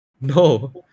No